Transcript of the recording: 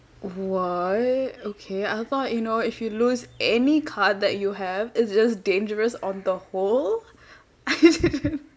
what okay I thought you know if you lose any card that you have it's just dangerous on the whole